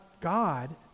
God